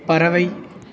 பறவை